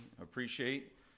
appreciate